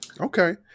Okay